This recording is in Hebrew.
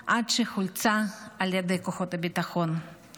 עד שחולצה בידי כוחות הביטחון.